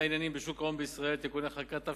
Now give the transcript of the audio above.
העניינים בשוק ההון בישראל (תיקוני חקיקה),